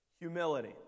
Humility